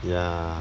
ya